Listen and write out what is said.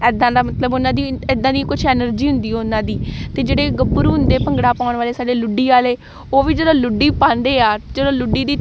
ਇੱਦਾਂ ਦਾ ਮਤਲਬ ਉਹਨਾਂ ਦੀ ਇੱਦਾਂ ਦੀਆਂ ਕੁਛ ਐਨਰਜੀ ਹੁੰਦੀ ਉਹਨਾਂ ਦੀ ਅਤੇ ਜਿਹੜੇ ਗੱਭਰੂ ਹੁੰਦੇ ਭੰਗੜਾ ਪਾਉਣ ਵਾਲੇ ਸਾਡੇ ਲੁੱਡੀ ਵਾਲੇ ਉਹ ਵੀ ਜਦੋਂ ਲੁੱਡੀ ਪਾਉਂਦੇ ਆ ਚਲੋ ਲੁੱਡੀ ਦੀ